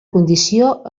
condició